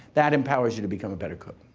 that empowers you to become a better cook.